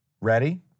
Ready